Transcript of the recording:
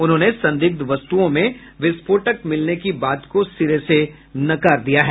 उन्होंने संदिग्ध वस्तुओं में विस्फोटक मिलने की बात को सिरे से नकारा है